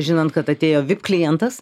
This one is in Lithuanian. žinant kad atėjo vip klientas